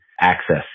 access